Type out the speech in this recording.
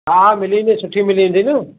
हा मिली वेंदी सुठी मिली वेंदी न